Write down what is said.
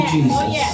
Jesus